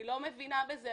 אני לא מבינה בזה,